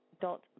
dot